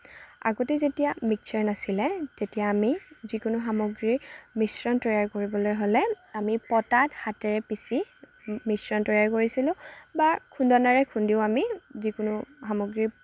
আগতে যেতিয়া মিক্সাৰ নাছিলে তেতিয়া আমি যিকোনো সামগ্ৰীৰ মিশ্ৰণ তৈয়াৰ কৰিবলৈ হ'লে আমি পতাত হাতেৰে পিছি মিশ্ৰণ তৈয়াৰ কৰিছিলোঁ বা খুন্দনাৰে খুন্দিও আমি যিকোনো সামগ্ৰী